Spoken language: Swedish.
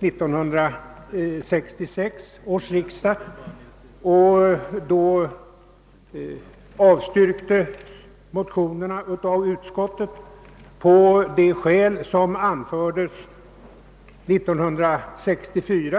vid 1966 års riksdag, då motionerna av utskottet avstyrktes på de skäl som framfördes 1964.